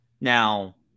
Now